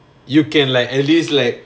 you can like at least like